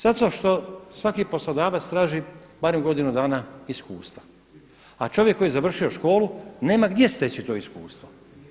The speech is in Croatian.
Zato što svaki poslodavac traži barem godinu dana iskustva a čovjek koji je završio školu nema gdje steći to iskustvo.